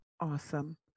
Awesome